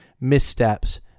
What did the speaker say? missteps